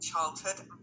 childhood